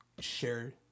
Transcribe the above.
share